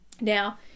now